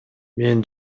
мен